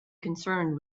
concerned